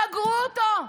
סגרו אותו.